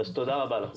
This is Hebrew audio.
תודה רבה לכם.